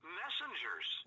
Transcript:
messengers